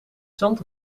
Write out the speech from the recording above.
zand